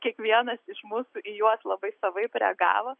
kiekvienas iš mūsų į juos labai savaip reagavo